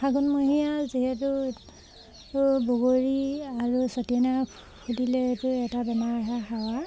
ফাগুণমহীয়া যিহেতু বগৰী আৰু চতিয়না ফুলিলে এইটো এটা বেমাৰ আহে হাৱা